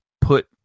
put